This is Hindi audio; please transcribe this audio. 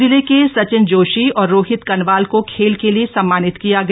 जिले के सचिन जोशी और रोहित कनवाल खेल के लिए सम्मानित किया गया